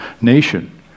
nation